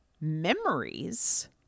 memories